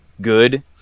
good